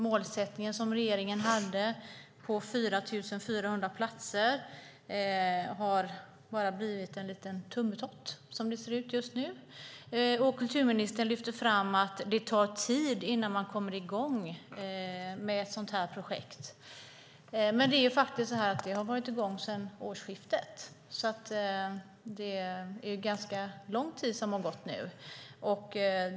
Målsättningen som regeringen hade på 4 400 platser har bara blivit en liten tummetott som det ser ut just nu. Kulturministern säger att det tar tid innan man kommer i gång med ett sådant projekt. Men det har varit i gång sedan årsskiftet. Det är ganska lång tid som har gått nu.